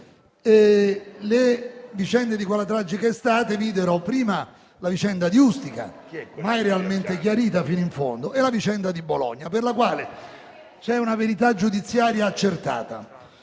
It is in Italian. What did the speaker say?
Le vicende di quella tragica estate videro prima la vicenda di Ustica, mai realmente chiarita fino in fondo, e poi la vicenda di Bologna, per la quale c'è una verità giudiziaria accertata.